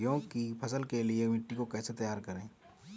गेहूँ की फसल के लिए मिट्टी को कैसे तैयार करें?